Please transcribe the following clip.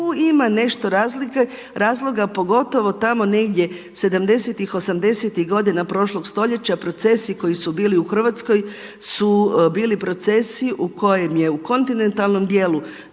ima nešto razloga pogotovo tamo negdje sedamdesetih, osamdesetih godina prošlog stoljeća procesi koji su bili u Hrvatskoj su bili procesi u kojima je u kontinentalnom dijelu